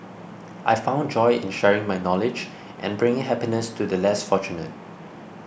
I found joy in sharing my knowledge and bringing happiness to the less fortunate